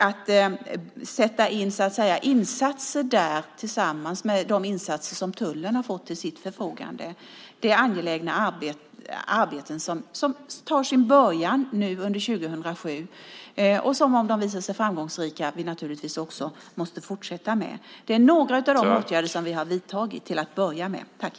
Att göra insatser där tillsammans med de resurser som tullen har fått till sitt förfogande är ett angeläget arbete som tar sin början nu under 2007. Om de visar sig framgångsrika måste vi naturligtvis fortsätta med dem. Det är några av de åtgärder som vi till att börja med har vidtagit.